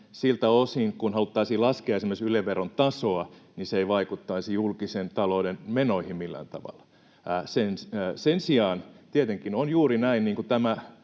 siltä osin, kun haluttaisiin laskea esimerkiksi Yle-veron tasoa, se ei vaikuttaisi julkisen talouden menoihin millään tavalla. Sen sijaan tietenkin on juuri niin, että